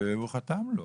והוא חתם לו,